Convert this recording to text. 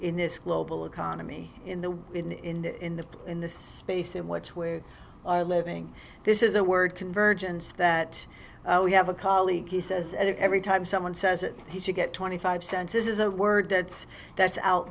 in this global economy in the in the in the in the space in which where you are living this is a word convergence that we have a colleague he says every time someone says that he should get twenty five cents is a word that's that's out